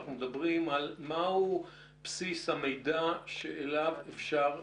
אנחנו מדברים על מה הוא בסיס המידע שאליו אפשר,